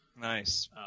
nice